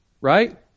right